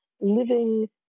living